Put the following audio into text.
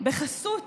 בחסות